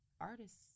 Artists